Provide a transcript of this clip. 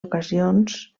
ocasions